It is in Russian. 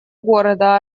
города